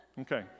Okay